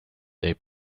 they